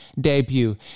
debut